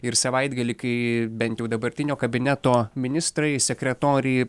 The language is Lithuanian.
ir savaitgalį kai bent jau dabartinio kabineto ministrai sekretoriai